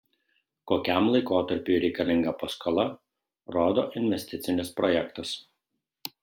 kokiam laikotarpiui reikalinga paskola rodo investicinis projektas